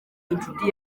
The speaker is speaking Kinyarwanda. inshuti